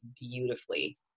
beautifully